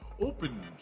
Open